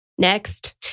Next